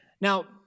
Now